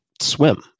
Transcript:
swim